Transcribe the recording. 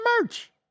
merch